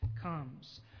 comes